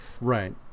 Right